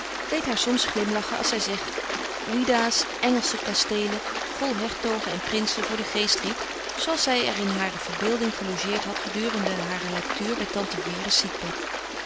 deed haar soms glimlachen als zij zich ouida's engelsche kasteelen vol hertogen en prinsen voor den geest riep zooals zij er in hare verbeelding gelogeerd had gedurende hare lectuur bij tante vere's ziekbed